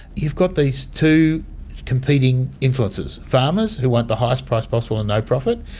you've got these two competing influences farmers who want the highest price possible and no profit,